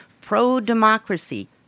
pro-democracy